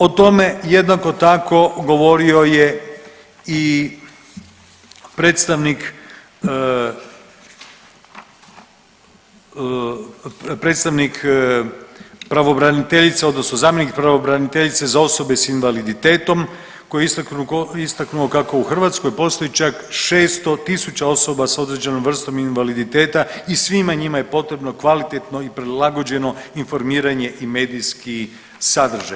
O tome jednako tako govorio je i predstavnik, predstavnik pravobraniteljice odnosno zamjenik pravobraniteljice za osobe s invaliditetom koji je istaknuo kako u Hrvatskoj postoji čak 600.000 osoba s određenom vrstom invaliditeta i svima njima je potrebno kvalitetno i prilagođeno informiranje i medijski sadržaj.